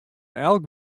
elk